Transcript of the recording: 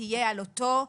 תהיה על המנכ"ל.